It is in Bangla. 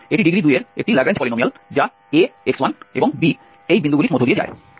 এটি ডিগ্রী 2 এর একটি ল্যাগ্রঞ্জ পলিনোমিয়াল যা a x1 এবং b এই বিন্দুগুলির মধ্য দিয়ে যায়